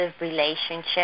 relationship